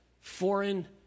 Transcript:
foreign